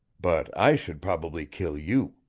but i should probably kill you.